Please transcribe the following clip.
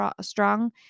strong